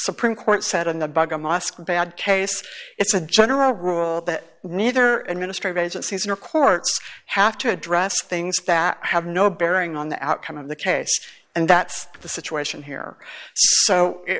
supreme court said in the bug a mosque a bad case it's a general rule that neither administrative agencies or courts have to address things that have no bearing on the outcome of the case and that's the situation here so it